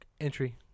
Entry